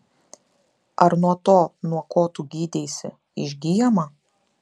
ar nuo to nuo ko tu gydeisi išgyjama